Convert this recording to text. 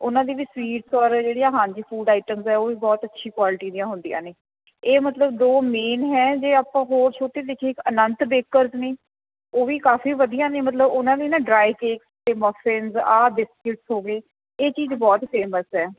ਉਹਨਾਂ ਦੀ ਵੀ ਸਵੀਟਸ ਔਰ ਜਿਹੜੀਆਂ ਹਾਂਜੀ ਫੂਡ ਆਈਟਮਸ ਹੈ ਉਹ ਬਹੁਤ ਅੱਛੀ ਕੁਆਲਿਟੀ ਦੀਆਂ ਹੁੰਦੀਆਂ ਨੇ ਇਹ ਮਤਲਬ ਦੋ ਮੇਨ ਹੈ ਜੇ ਆਪਾਂ ਹੋਰ ਛੋਟੇ ਦੇਖੀਏ ਇੱਕ ਅਨੰਤ ਬੇਕਰਸ ਨੇ ਉਹ ਵੀ ਕਾਫ਼ੀ ਵਧੀਆ ਨੇ ਮਤਲਬ ਉਹਨਾਂ ਨੇ ਨਾ ਡਰਾਈ ਕੇਕ ਅਤੇ ਮੋਫਿਨਸ ਆਹ ਬਿਸਕਿਟਸ ਹੋ ਗਏ ਇਹ ਚੀਜ਼ ਬਹੁਤ ਫੇਮਸ ਹੈ